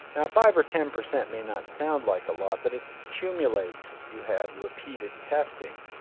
now five or ten percent may not sound like a lot, but it cumulates if you have repeated testing.